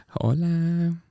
Hola